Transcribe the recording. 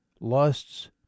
lusts